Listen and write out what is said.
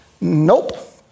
Nope